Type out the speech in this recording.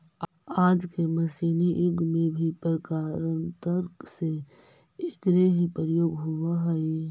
आज के मशीनी युग में भी प्रकारान्तर से एकरे ही प्रयोग होवऽ हई